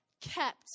kept